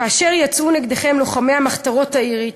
"כאשר יצאו נגדכם, לוחמי המחתרת האירית,